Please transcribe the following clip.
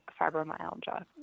fibromyalgia